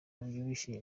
babyibushye